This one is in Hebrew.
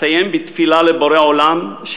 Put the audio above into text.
אסיים בתפילה לבורא עולם,